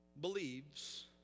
believes